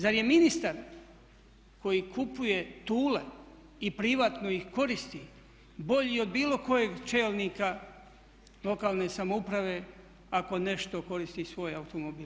Zar je ministar koji kupuje "Thule" i privatno ih koristi bolji od bilo kojeg čelnika lokalne samouprave ako nešto koristi svoj automobil?